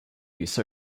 use